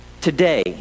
today